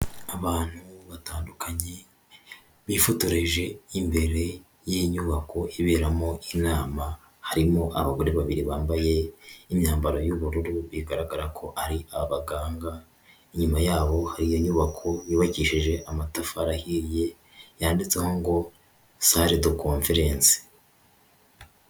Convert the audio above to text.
Abantu batandukanye bifotoreje imbere y'inyubako iberamo inama harimo abagore babiri bambaye imyambaro y'ubururu bigaragara ko ari abaganga, inyuma yabo hari iyo nyubako yubakishije amatafari ahiye yanditseho ngo sale de komferense.